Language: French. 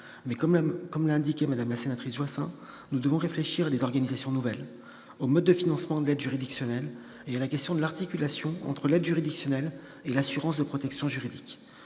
Mais, comme l'a indiqué Mme Joissains, nous devons réfléchir à des organisations nouvelles, aux modes de financement de l'aide juridictionnelle et à la question de l'articulation entre aide juridictionnelle et assurance de protection juridique.